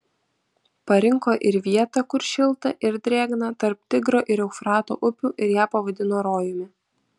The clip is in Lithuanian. parinko ir vietą kur šilta ir drėgna tarp tigro ir eufrato upių ir ją pavadino rojumi